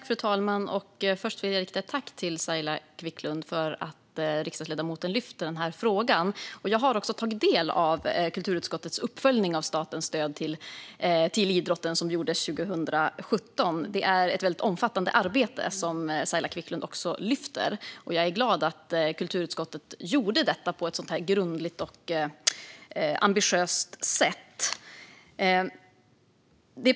Fru talman! Jag tackar Saila Quicklund för att hon lyfter upp denna fråga. Jag har tagit del av kulturutskottets uppföljning av statens stöd till idrotten som gjordes 2017. Det är ett omfattande arbete, vilket Saila Quicklund också lyfter fram, och jag är glad att kulturutskottet gjorde detta på ett sådant grundligt och ambitiöst sätt.